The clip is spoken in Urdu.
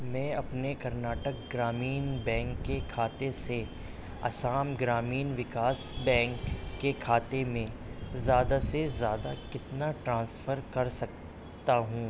میں اپنے کرناٹکا گرامین بینک کے کھاتے سے آسام گرامین وِِکاس بینک کے کھاتے میں زیادہ سے زیادہ کتنا ٹرانسفر کرسکتا ہوں